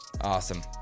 Awesome